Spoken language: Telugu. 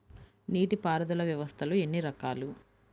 నీటిపారుదల వ్యవస్థలు ఎన్ని రకాలు?